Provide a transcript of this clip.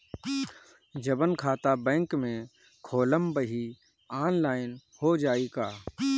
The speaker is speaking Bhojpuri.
जवन खाता बैंक में खोलम वही आनलाइन हो जाई का?